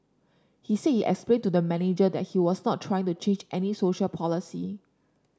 he said he explained to the manager that he was not trying to change any social policy